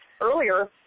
earlier